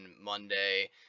monday